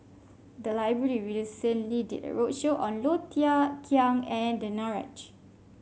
the library recently did a roadshow on Low Thia Khiang and Danaraj